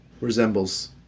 resembles